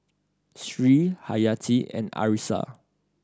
Sri Hayati and Arissa